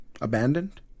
abandoned